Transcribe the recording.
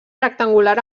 rectangular